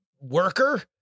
worker